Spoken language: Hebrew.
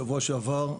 בשבוע שעבר,